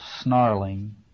snarling